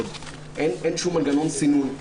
אין שום מנגנון סינון.